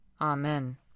Amen